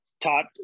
taught